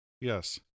Yes